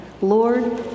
Lord